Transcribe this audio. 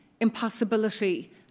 impossibility